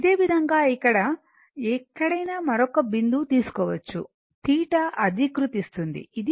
అదేవిధంగా ఇక్కడ ఎక్కడైనా మరొక బిందువు తీసుకోవచ్చు θ అధీకృతిస్తుంది ఇది